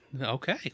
okay